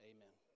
Amen